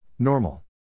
Normal